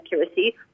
accuracy